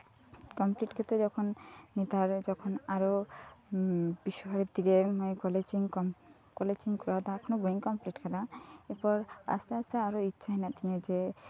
complete ᱠᱟᱛᱮᱫ ᱱᱮᱛᱟᱨ ᱟᱨᱚ ᱵᱤᱥᱥᱚ ᱵᱷᱟᱨᱚᱛᱤᱨᱮ ᱠᱚᱞᱮᱡᱽ ᱤᱧ ᱠᱚᱨᱟᱣᱮᱫᱟ ᱱᱮᱛᱟᱨ ᱦᱚᱸ ᱵᱟᱹᱧ ᱠᱚᱢᱯᱤᱞᱤᱴ ᱟᱠᱟᱫᱟ ᱛᱟᱨᱯᱚᱨ ᱟᱥᱛᱮ ᱟᱥᱛᱮ ᱟᱨᱚ ᱤᱪᱪᱷᱟᱹ ᱢᱮᱱᱟᱜ ᱛᱤᱧᱟᱹ ᱡᱮ